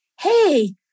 hey